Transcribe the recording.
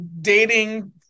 dating